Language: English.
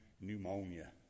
pneumonia